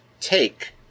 take